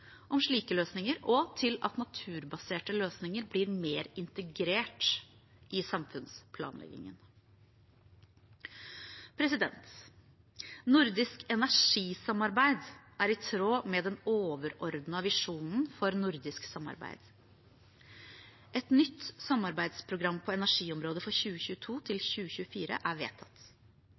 om slike løsninger og til at naturbaserte løsninger blir mer integrert i samfunnsplanleggingen. Nordisk energisamarbeid er i tråd med den overordnede visjonen for nordisk samarbeid. Et nytt samarbeidsprogram på energiområdet for 2022–2024 er vedtatt. Det er